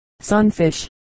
sunfish